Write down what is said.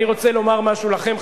אני רוצה לומר משהו לכם,